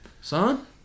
son